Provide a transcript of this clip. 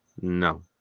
no